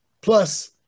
Plus